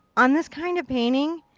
on this kind of painting,